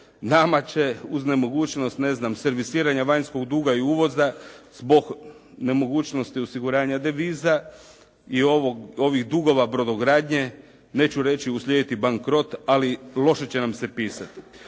nama će uz nemogućnost, ne znam servisiranja vanjskog duga i uvoza zbog nemogućnosti osiguranja deviza i ovih dugova brodogradnje, neću reći uslijediti bankrot ali loše će nam se pisati.